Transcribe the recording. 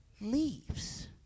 leaves